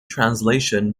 translation